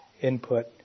input